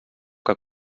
que